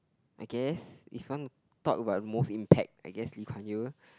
I guess if you want to talk about the most impact I guess Lee Kuan Yew